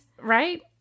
Right